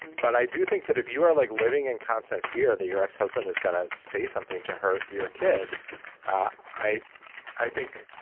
but i do think that if you are like living in constant fear that your ex-husband is going to say something to hurt your kid i i think